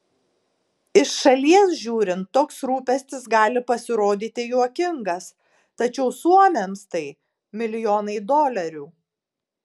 iš šalies žiūrint toks rūpestis gali pasirodyti juokingas tačiau suomiams tai milijonai dolerių